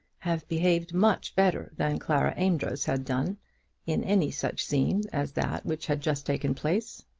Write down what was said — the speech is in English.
have behaved much better than clara amedroz had done in any such scene as that which had just taken place.